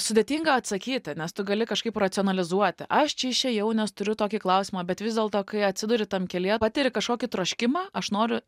sudėtinga atsakyti nes tu gali kažkaip racionalizuoti aš čia išėjau nes turiu tokį klausimą bet vis dėlto kai atsiduri tam kelyje patiria kažkokį troškimą aš noriu